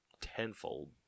tenfold